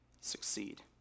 succeed